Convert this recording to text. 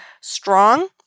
strong